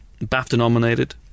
BAFTA-nominated